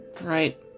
Right